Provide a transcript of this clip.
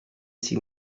see